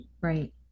right